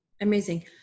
Amazing